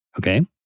Okay